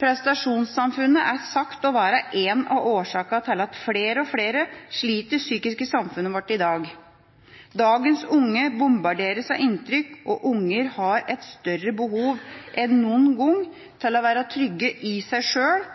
Prestasjonssamfunnet er sagt å være en av årsakene til at flere og flere sliter psykisk i samfunnet vårt i dag. Dagens unge bombarderes med inntrykk, og unger har et større behov enn noen gang for å være trygge i seg sjøl